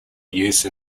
use